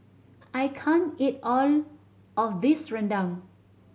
I can't eat all of this rendang